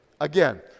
again